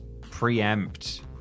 preempt